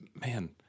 man